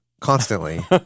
constantly